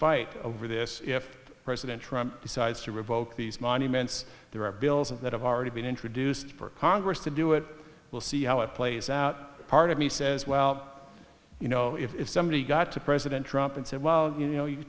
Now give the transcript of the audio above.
fight over this if president decides to revoke these monuments there are bills that have already been introduced for congress to do it will see how it plays out part of me says well you know if somebody's got to president trump and said well you know you